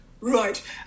Right